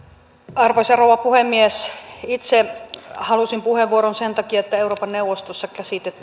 arvoisa rouva puhemies itse halusin puheenvuoron sen takia että euroopan neuvostossa käsitellään